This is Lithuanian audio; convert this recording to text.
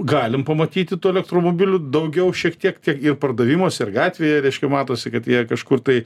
galim pamatyti tų elektromobilių daugiau šiek tiek tiek ir pardavimuose ir gatvėje reiškia matosi kad jie kažkur tai